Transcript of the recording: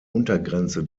untergrenze